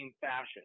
fashion